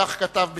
כך כתב בספרו,